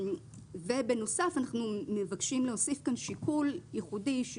בנוסף אנחנו מבקשים להוסיף כאן שיקול ייחודי שהוא